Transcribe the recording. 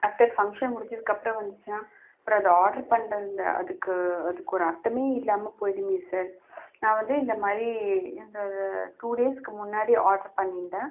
after function முடிஞ்சதுக்கு அப்புறம் வந்துச்சுன்னா அப்புறம் அதை ஆட்ரு பண்ண அந்த அதுக்கு அதுக்கு ஒரு அர்த்தமே இல்லாமல் போய்விடுமே சார் நான் வந்து இந்தமாதிரி இந்த டூ டேஸ்சுக்கு முன்னாடி ஆட்ரு பண்ணியிருந்தேன்